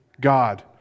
God